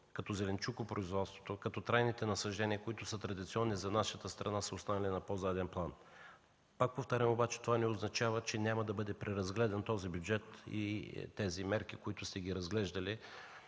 зеленчукопроизводство, трайни насаждения, традиционни за нашата страна, са оставени на по-заден план. Пак повтарям обаче, това не означава, че няма да бъде преразгледан този бюджет и тези мерки, които сте ги разглеждали